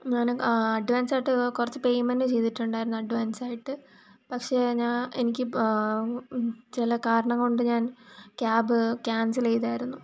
ഞാൻ അഡ്വാൻസായിട്ട് കുറച്ച് പേയ്മെന്റ് ചെയ്തിട്ടുണ്ടായിരുന്നു അഡ്വാൻസായിട്ട് പക്ഷേ എനിക്ക് ചില കാരണം കൊണ്ട് ഞാൻ ക്യാബ് ക്യാൻസല് ചെയ്തിരുന്നു